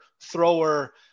thrower